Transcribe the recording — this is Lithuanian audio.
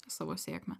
savo sėkmę